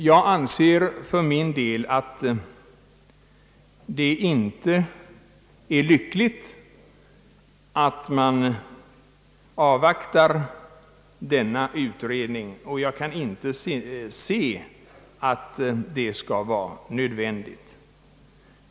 Jag anser emellertid att det inte är lyckligt att man avvaktar denna utredning, och jag kan inte se att det skall vara nödvändigt.